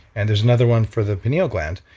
and there's another one for the pineal gland.